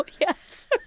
yes